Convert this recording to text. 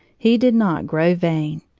he did not grow vain.